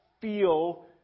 feel